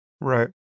Right